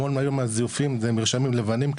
המון היום הזיופים זה מרשמים לבנים,